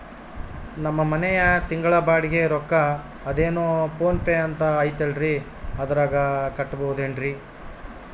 ನಮ್ಮ ಮನೆಯ ತಿಂಗಳ ಬಾಡಿಗೆ ರೊಕ್ಕ ಅದೇನೋ ಪೋನ್ ಪೇ ಅಂತಾ ಐತಲ್ರೇ ಅದರಾಗ ಕಟ್ಟಬಹುದೇನ್ರಿ?